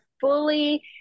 fully